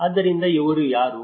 ಆದ್ದರಿಂದ ಇವರು ಯಾರು